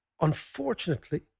unfortunately